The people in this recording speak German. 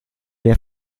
der